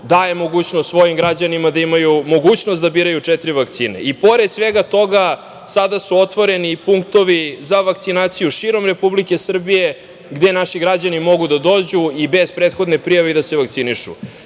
daje mogućnost svojim građanima da imaju mogućnost da biraju četiri vakcine?I pored svega toga, sada su otvoreni i punktovi za vakcinaciju širom Republike Srbije gde naši građani mogu da dođu i bez prethodne prijave i da se vakcinišu.